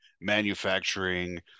manufacturing